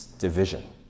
division